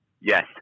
yes